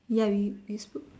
ya we we spoke